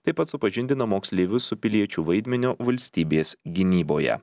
taip pat supažindina moksleivius su piliečių vaidmeniu valstybės gynyboje